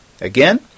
Again